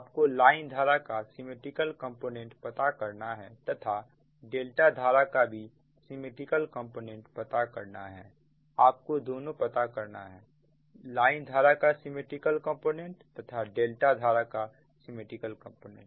आपको लाइन धारा का सिमिट्रिकल कंपोनेंट प्राप्त करना है तथा डेल्टा धारा का भी सिमिट्रिकल कंपोनेंट पता करना है आपको दोनों प्राप्त करना है लाइन धारा का सिमिट्रिकल कंपोनेंट तथा डेल्टा धारा का सिमिट्रिकल कंपोनेंट